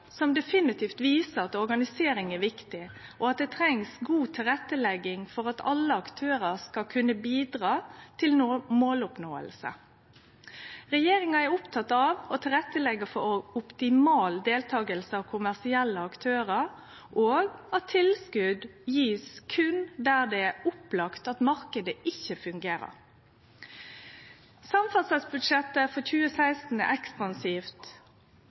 som definitivt viser at organisering er viktig, og at det trengst god tilrettelegging for at alle aktørar skal kunne bidra til måloppnåing. Regjeringa er oppteken av å leggje til rette for optimal deltaking av kommersielle aktørar, og at tilskott blir gjeve berre der det er opplagt at marknaden ikkje fungerer. Samferdselsbudsjettet for 2016 er ekspansivt,